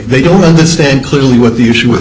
they don't understand clearly what the issue w